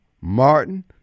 Martin